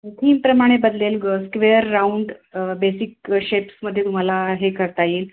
थीमप्रमाणे बदलेल ग square round basic शेप्समध्ये तुम्हाला हे करता येईल